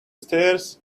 stairs